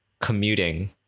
commuting